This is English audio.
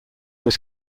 was